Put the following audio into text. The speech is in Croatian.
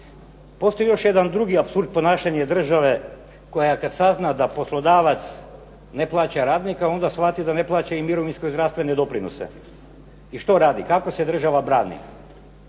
Postoji još jedan drugi apsurd ponašanja države koja kada sazna da poslodavac ne plaća radnike onda shvati da ne plaća i mirovinske doprinose. I što radi ,kako se država brani,